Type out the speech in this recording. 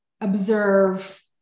observe